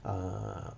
uh